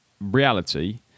reality